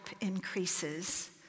increases